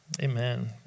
Amen